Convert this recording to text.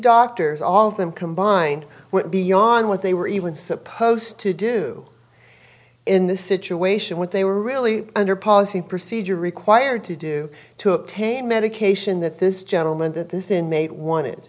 doctors all of them combined went beyond what they were even supposed to do in this situation what they were really under policy procedure required to do to obtain medication that this gentleman that this inmate wanted